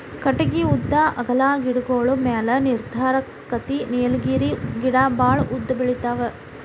ಕಟಗಿ ಉದ್ದಾ ಅಗಲಾ ಗಿಡಗೋಳ ಮ್ಯಾಲ ನಿರ್ಧಾರಕ್ಕತಿ ನೇಲಗಿರಿ ಗಿಡಾ ಬಾಳ ಉದ್ದ ಬೆಳಿತಾವ